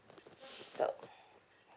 so